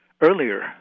earlier